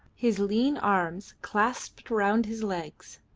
his lean arms clasped round his legs,